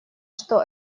что